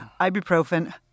ibuprofen